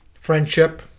friendship